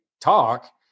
talk